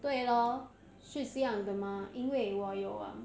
对咯是这样的吗因为我有啊